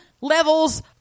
levels